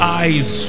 eyes